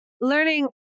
learning